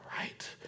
right